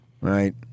right